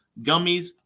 gummies